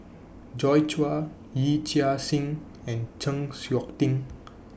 Joi Chua Yee Chia Hsing and Chng Seok Tin